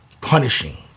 punishing